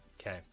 okay